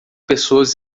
pessoas